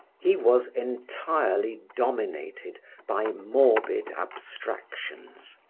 he was entirely dominated by morbid abstractions.